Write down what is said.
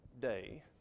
day